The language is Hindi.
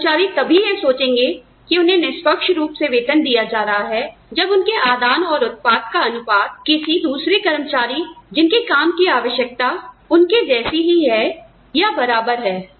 कर्मचारी तभी यह सोचेंगे कि उन्हें निष्पक्ष रुप से वेतन दिया जा रहा है जब उनके आदान और उत्पाद का अनुपात किसी दूसरे कर्मचारी जिनकी काम की आवश्यकता उनके जैसे ही है या बराबर है